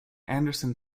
andersson